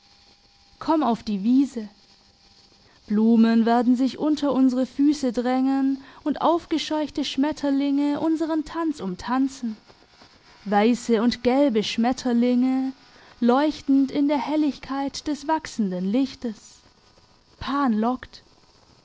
komm auf die wiese blumen werden sich unter unsere füsse drängen und aufgescheuchte schmetterlinge unsern tanz umtanzen weisse und gelbe schmetterlinge leuchtend in der helligkeit des wachsenden lichtes pan lockt